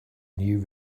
new